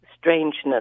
strangeness